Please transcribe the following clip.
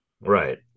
Right